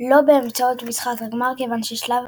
לא באמצעות משחק גמר, כיוון ששלב